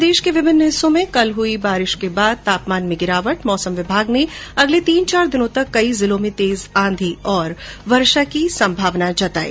प्रदेश के विभिन्न हिस्सों में कल हुई बारिश के बाद तापमान में गिरावट मौसम विभाग ने अगले तीन चार दिनों तक कई जिलों में तेज आंधी और बारिश की संभावना जताई